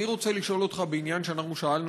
אני רוצה לשאול אותך בעניין שאנחנו שאלנו